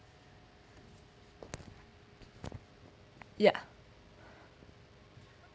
ya